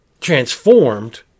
transformed